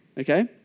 Okay